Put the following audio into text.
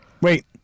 Wait